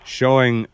showing